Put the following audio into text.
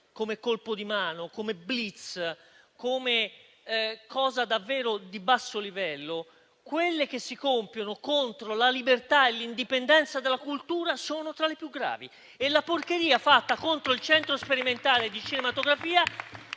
come colpo di mano, come *blitz*, come cosa davvero di basso livello, quelle che si compiono contro la libertà e l'indipendenza della cultura sono tra le più gravi. La porcheria fatta contro il Centro sperimentale di cinematografia